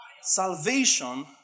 Salvation